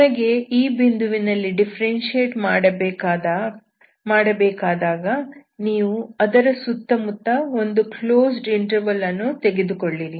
ನಿಮಗೆ ಈ ಬಿಂದುವಿನಲ್ಲಿ ಡಿಫ್ಫೆರೆನ್ಶಿಯೇಟ್ ಮಾಡಬೇಕಾದಾಗ ನೀವು ಅದರ ಸುತ್ತಮುತ್ತ ಒಂದು ಕ್ಲೋಸ್ಡ್ ಇಂಟರ್ವಲ್ ಅನ್ನು ತೆಗೆದುಕೊಳ್ಳಿರಿ